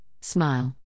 smile